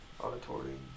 auditorium